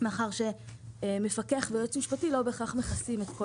מאחר ומפקח ויועץ משפטי לא בהכרח מכסים את כל